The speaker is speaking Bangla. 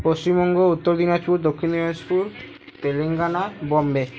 পশ্চিমবঙ্গ উত্তর দিনাজপুর দক্ষিণ দিনাজপুর তেলেঙ্গানা বম্বে